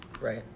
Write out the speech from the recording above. Right